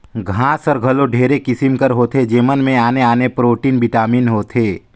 घांस हर घलो ढेरे किसिम कर होथे जेमन में आने आने प्रोटीन, बिटामिन होथे